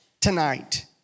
tonight